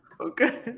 Okay